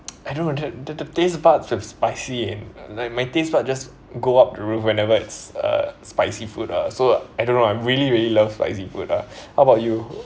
I don't know the the taste buds with spicy in like my taste bud just go up the roof whenever it's a spicy food lah so I don't know I really really love spicy food ah how about you